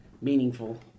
meaningful